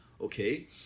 okay